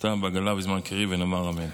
השתא בעגלא ובזמן קריב ונאמר אמן.